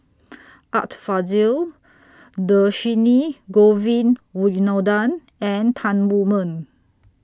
Art Fazil Dhershini Govin Winodan and Tan Wu Meng